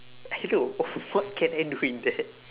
hello what can I do with that